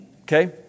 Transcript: Okay